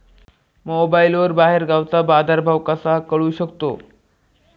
मोबाईलवर बाहेरगावचा बाजारभाव कसा कळू शकतो?